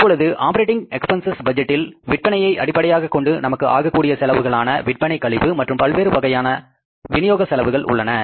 இப்பொழுது operating expenses பட்ஜெட்டில் விற்பனையை அடிப்படையாக கொண்டு நமக்கு ஆகக்கூடிய செலவுகளான விற்பனை கழிவு மற்றும் பல்வேறு வகையான விநியோக செலவுகள் உள்ளன